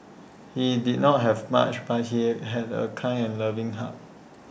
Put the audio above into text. he did not have much but he had A kind and loving heart